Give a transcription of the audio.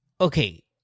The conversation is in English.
Okay